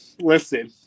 listen